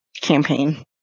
campaign